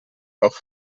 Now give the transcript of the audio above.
auch